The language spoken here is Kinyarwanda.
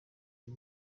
uyu